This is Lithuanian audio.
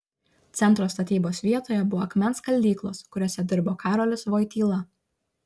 centro statybos vietoje buvo akmens skaldyklos kuriose dirbo karolis vojtyla